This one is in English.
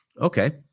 Okay